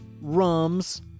Rums